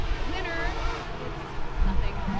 the winner gets nothing,